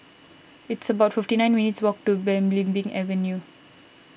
it's about fifty nine minutes' walk to Belimbing Avenue